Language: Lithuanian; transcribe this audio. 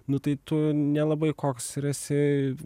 nu tai tu nelabai koks ir esi